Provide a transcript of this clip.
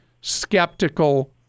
skeptical